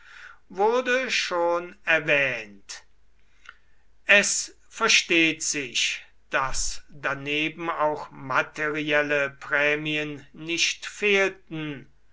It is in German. wurde schon erwähnt es versteht sich daß daneben auch materielle prämien nicht fehlten